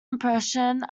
impression